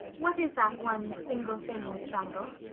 what is that one single thing, miss wangel?